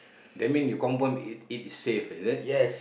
that mean you confirm it it safe is it